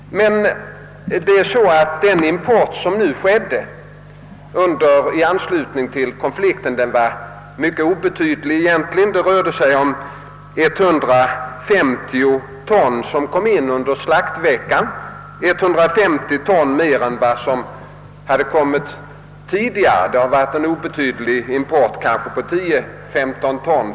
Importen i anslutning till konflikten var egentligen mycket obetydlig. Det rörde sig om 150 ton som kom in under slaktveckan — 150 ton mer än som kommit tidigare. Det har tidigare varit en obetydlig import på 10 å 15 ton.